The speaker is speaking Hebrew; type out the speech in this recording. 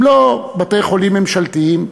הם לא בתי-חולים ממשלתיים,